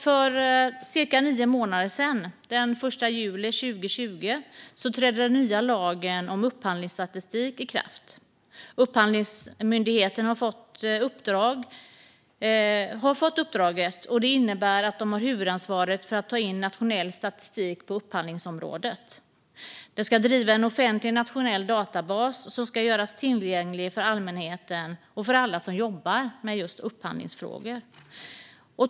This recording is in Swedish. För cirka nio månader sedan, den 1 juli 2020, trädde den nya lagen om upphandlingsstatistik i kraft. Upphandlingsmyndigheten har fått uppdraget, och detta innebär att de har huvudansvaret för att ta in nationell statistik på upphandlingsområdet. De ska driva en offentlig nationell databas som ska göras tillgänglig för allmänheten och för alla som jobbar med upphandlingsfrågor.